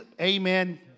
Amen